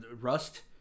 Rust